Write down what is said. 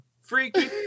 Freaky